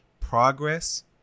progress